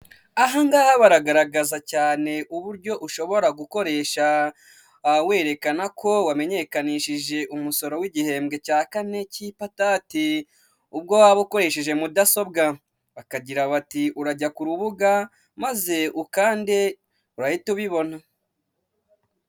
Aha ngaha baragaragaza cyane uburyo ushobora gukoresha werekana ko wamenyekanishije umusoro w'igihembwe cya kane cy'ipatati, ubwo waba ukoresheje mudasobwa bakagira bati urajya ku rubuga maze ukande urahita ubibona.